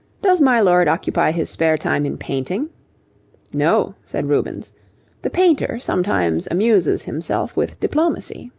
does my lord occupy his spare time in painting no, said rubens the painter sometimes amuses himself with diplomacy